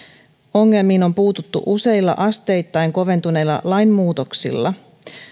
ongelmiin on puututtu useilla asteittain koventuneilla lainmuutoksilla